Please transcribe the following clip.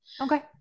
okay